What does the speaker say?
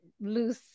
loose